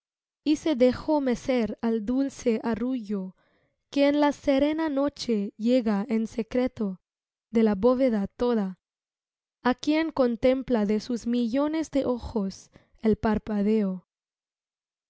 y se dejó mecer al dulce arrullo que en la serena noche llega en secreto de la bóveda toda á quien contempla de sus millones de ojos el parpadeo